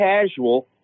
casual